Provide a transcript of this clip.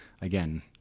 again